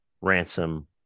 ransom